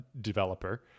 developer